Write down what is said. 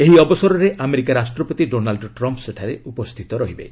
ଏହି ଅବସରରେ ଆମେରିକା ରାଷ୍ଟ୍ରପତି ଡୋନାଲୁ ଟ୍ରମ୍ପ୍ ସେଠାରେ ଉପସ୍ଥିତ ରହିବେ